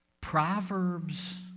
Proverbs